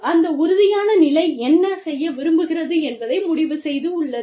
அந்த உறுதியான நிலை என்ன செய்ய விரும்புகிறது என்பதை முடிவு செய்துள்ளது